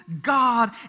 God